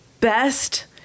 best